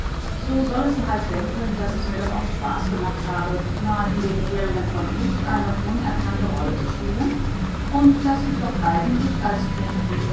so solle sie halt denken daß es mir doch auch spaß gemacht habe mal in den ferien vom ich eine unerkannte rolle zu spielen und daß ich doch eigentlich als